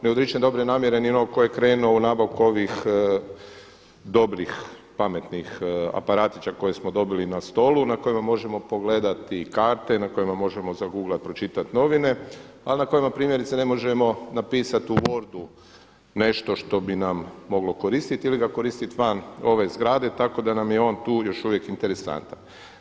Ne odričem dobre namjere ni onoga tko je krenuo u nabavku ovih dobrih pametnih aparatića koje smo dobili na stolu na kojemu možemo pogledati karte, na kojima možemo zaguglat, pročitat novine, a na kojima primjerice ne možemo napisati u wordu nešto što bi nam moglo koristiti ili ga koristiti van ove zgrade, tako da nam je on tu još uvijek interesantan.